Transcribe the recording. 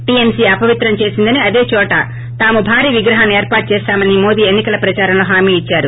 TMC అపవిత్రం చేసిందని అదేచోటు తాము భారీ విగ్రహాన్ని ఏర్పాటు చేస్తామని మోదీ ఎన్ని కల ప్రదారంలో హామీ ఇచ్చారు